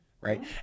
right